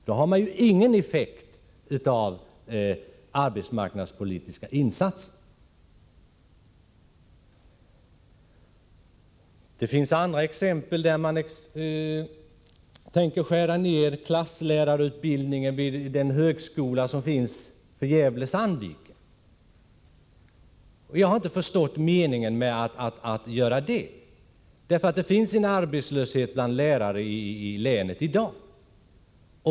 På det sättet får ju arbetsmarknadspolitiska insatser inte någon effekt. Det finns andra exempel att anföra. Man tänker exempelvis skära ned klasslärarutbildningen vid högskolan för Gävle-Sandviken-området. Jag har inte förstått meningen med att man skall göra det, eftersom det redan i dag finns en arbetslöshet bland lärarna i länet.